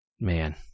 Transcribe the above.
Man